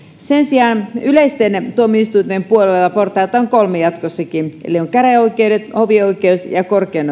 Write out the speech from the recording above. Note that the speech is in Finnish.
sen sijaan yleisten tuomioistuinten puolella portaita on kolme jatkossakin eli on käräjäoikeudet hovioi keudet ja ja korkein